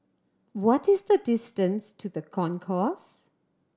what is the distance to The Concourse